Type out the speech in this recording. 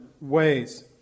ways